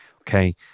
okay